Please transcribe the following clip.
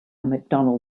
mcdonnell